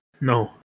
no